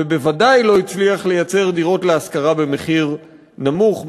ובוודאי הוא לא הצליח לייצר דירות להשכרה במחיר נמוך,